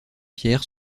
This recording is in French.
pierre